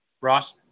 Ross